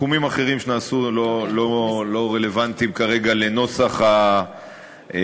סיכומים אחרים שנעשו אינם רלוונטיים כרגע לנוסח החוק.